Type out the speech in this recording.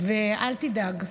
ואל תדאג.